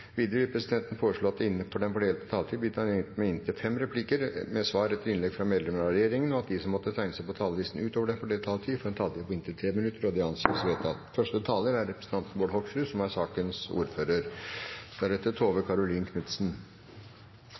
Videre vil presidenten foreslå at det – innenfor den fordelte taletid – blir gitt anledning til inntil fem replikker med svar etter innlegg fra medlemmer av regjeringen, og at de som måtte tegne seg på talerlisten utover den fordelte taletid, får en taletid på inntil 3 minutter. – Det anses vedtatt. Først vil jeg takke komiteen for et godt arbeid. Jeg synes det er en viktig påpekning som